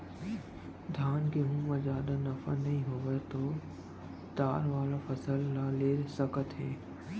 धान, गहूँ म जादा नफा नइ होवत हे त दार वाला फसल ल ले सकत हे